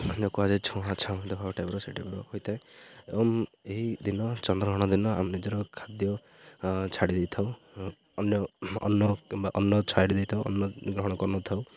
କୁହାଯାଏ ଛୁଆଁ ଅଛୁଆଁ ଦେହ ଟାଇପ୍ର ସେଠି ଟାଇପ୍ର ହୋଇଥାଏ ଏବଂ ଏହି ଦିନ ଚନ୍ଦ୍ର ଗ୍ରହଣ ଦିନ ଆମେ ନିଜର ଖାଦ୍ୟ ଛାଡ଼ି ଦେଇଥାଉ ଅନ୍ୟ ଅର୍ଣ୍ଣ କିମ୍ବା ଅର୍ଣ୍ଣ ଛାଡ଼ି ଦେଇଥାଉ ଅର୍ଣ୍ଣ ଗ୍ରହଣ କରିନଥାଉ